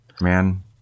man